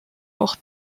auch